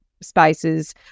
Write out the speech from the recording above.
spaces